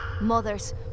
mothers